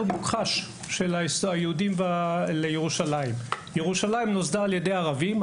המוכחש של היהודים לירושלים : ״ירושלים נוסדה על ידי ערבים.